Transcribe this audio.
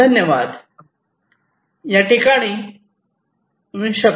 धन्यवाद